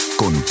con